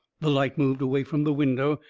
the light moved away from the window.